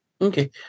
Okay